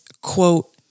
quote